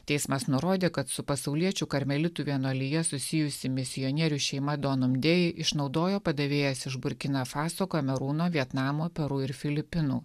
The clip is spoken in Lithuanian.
teismas nurodė kad su pasauliečių karmelitų vienuolija susijusi misionierių šeima donom dėjei išnaudojo padavėjas iš burkina faso kamerūno vietnamo peru ir filipinų